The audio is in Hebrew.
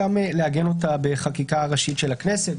גם בחקיקה ראשית של הכנסת.